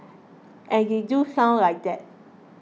and they do sound like that